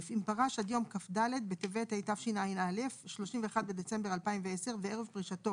אם פרש עד יום כ"ד בטבת התשע"א (31 בדצמבר 2010) וערב פרישתו